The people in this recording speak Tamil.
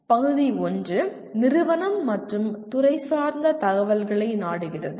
பகுதி 1 நிறுவனம் மற்றும் துறை சார்ந்த தகவல்களை நாடுகிறது